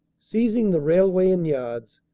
seizing the railway and yards,